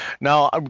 Now